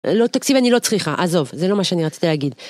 לא, תקציב אני לא צריכה, עזוב, זה לא מה שאני רציתי להגיד.